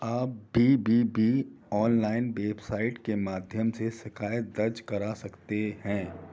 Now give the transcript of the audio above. आप B B B online website के माध्यम से शिकायत दर्ज करा सकते हैं